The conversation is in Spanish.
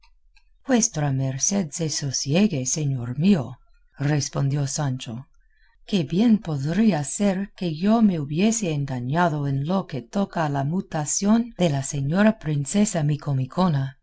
vuestra merced se sosiegue señor mío respondió sancho que bien podría ser que yo me hubiese engañado en lo que toca a la mutación de la señora princesa